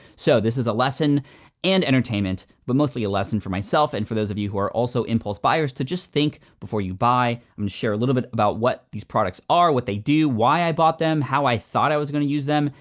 so this is a lesson and entertainment, but mostly a lesson for myself, and for those of you who are also impulse buyers to just think before you buy. i'm gonna share a little bit about what these products are, what they do, why i bought them, how i thought i was gonna use them,